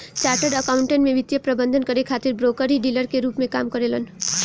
chartered accountant में वित्तीय प्रबंधन करे खातिर ब्रोकर ही डीलर के रूप में काम करेलन